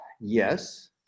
yes